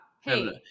Hey